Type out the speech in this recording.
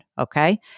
Okay